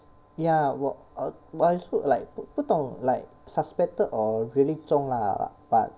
ya 我 err but it~ like 不懂 like suspected or really 中 lah but